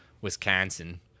Wisconsin